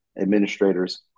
administrators